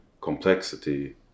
complexity